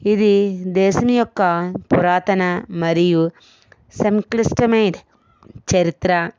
ఇది దేశం యొక్క పురాతన మరియు సంక్లిష్ట చరిత్ర